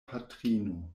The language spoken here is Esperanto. patrino